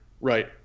right